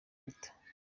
leta